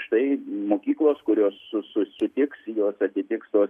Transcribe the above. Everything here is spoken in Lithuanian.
štai mokyklos kurios su susitiks jos atitiktų